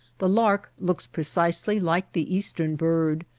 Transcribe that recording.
the lark looks precisely like the eastern bird,